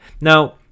Now